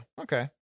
Okay